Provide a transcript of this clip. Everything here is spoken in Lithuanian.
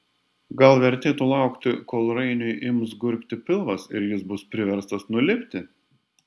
gal vertėtų laukti kol rainiui ims gurgti pilvas ir jis bus priverstas nulipti